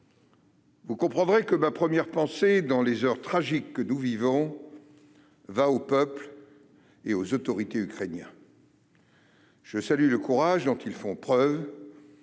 Vous comprendrez que ma première pensée, dans les heures tragiques que nous vivons, va au peuple et aux autorités ukrainiens. Je salue le courage dont ils font preuve